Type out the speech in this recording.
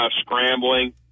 scrambling